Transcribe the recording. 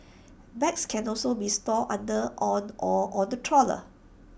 bags can also be stored under or on the stroller